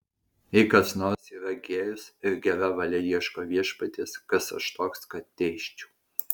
jei kas nors yra gėjus ir gera valia ieško viešpaties kas aš toks kad teisčiau